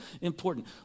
important